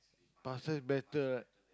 pasta is better right